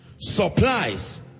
supplies